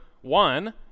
one